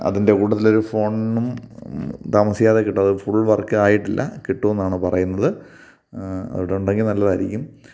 അതിൻ്റെ കൂട്ടത്തിലൊരു ഫോണും താമസിയാതെ കിട്ടും അത് ഫുൾ വർക്കായിട്ടില്ല കിട്ടുമെന്നാണ് പറയുന്നത് അതുകൂടെയുണ്ടെങ്കില് നല്ലതായിരിക്കും